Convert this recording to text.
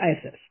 ISIS